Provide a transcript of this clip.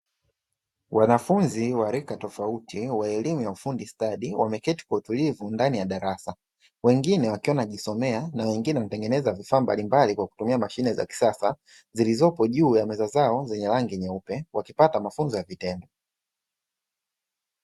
Wanafunzi wa rika tofauti wa elimu ya ufundi stadi wameketi kwa utulivu ndani ya darasa, wengine wakiwa wanajisomea na wengine wakitengeneza vifaa mbalimbali kwa kutumia mashine za kisasa zilizopo juu ya meza zao zenye rangi nyeupe, wakipata mafunzo kwa vitendo.